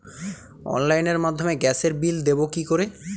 অনলাইনের মাধ্যমে গ্যাসের বিল দেবো কি করে?